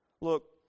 Look